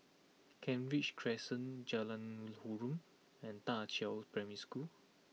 Kent Ridge Crescent Jalan Harum and Da Qiao Primary School